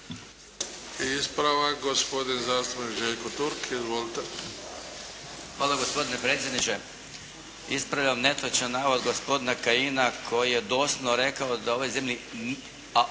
Ispravak, gospodi zastupnik Željko Turk. Izvolite. **Turk, Željko (HDZ)** Hvala gospodine predsjedniče. Ispravljam netočan navod gospodina Kajina koji je doslovno rekao da ovoj zemlji,